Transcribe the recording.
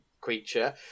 creature